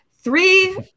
Three